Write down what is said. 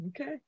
okay